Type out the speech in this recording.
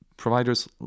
providers